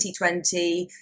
2020